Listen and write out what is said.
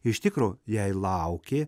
iš tikro jei laukė